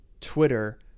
Twitter